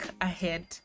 ahead